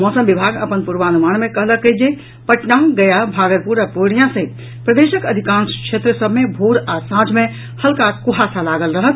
मौसम विभाग अपन पूर्वानुमान मे कहलक अछि जे पटना गया भागलपुर आ पूर्णिया सहित प्रदेशक अधिकांश क्षेत्र सभ मे भोर आ सांझ मे हल्का कुहासा लागल रहत